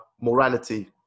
morality